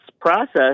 process